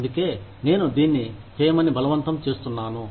అందుకే నేను దీన్ని చేయమని బలవంతం చేస్తున్నాను